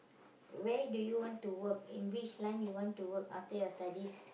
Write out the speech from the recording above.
where do you want to work and which line do you want to work after your studies